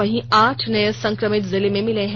वहीं आठ नए संक्रमित जिले में मिले हैं